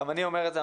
גם אני אומר את זה,